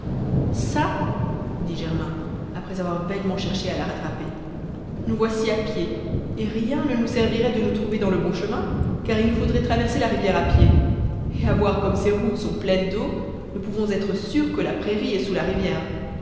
çà dit germain après avoir vainement cherché à la rattraper nous voici à pied et rien ne nous servirait de nous trouver dans le bon chemin car il nous faudrait traverser la rivière à pied et à voir comme ces routes sont pleines d'eau nous pouvons être sûrs que la prairie est sous la rivière